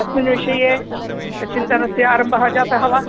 तस्मिन् विषये चिन्तनस्य आरम्भः जातः वा